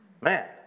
Man